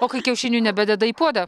o kai kiaušinių nebededa į puodą